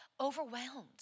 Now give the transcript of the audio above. overwhelmed